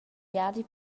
viadi